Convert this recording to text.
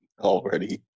Already